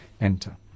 enter